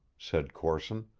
said corson.